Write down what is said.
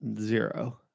zero